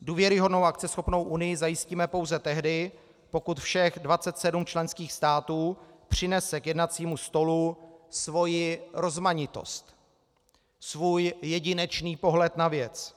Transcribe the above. Důvěryhodnou a akceschopnou Unii zajistíme pouze tehdy, pokud všech 27 členských států přinese k jednacímu stolu svoji rozmanitost, svůj jedinečný pohled na věc.